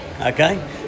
Okay